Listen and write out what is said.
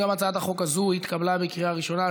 הצעת החוק התקבלה בקריאה ראשונה.